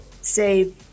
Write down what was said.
say